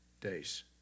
days